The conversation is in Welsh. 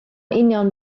union